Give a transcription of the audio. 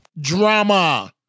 Drama